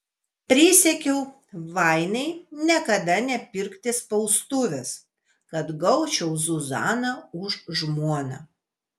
prisiekiau vainai niekada nepirkti spaustuvės kad gaučiau zuzaną už žmoną